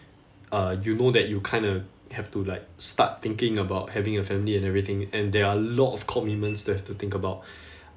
uh you know that you kind of have to like start thinking about having a family and everything and there are a lot of commitments you have to think about